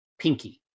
pinky